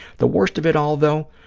the worst of it all, though,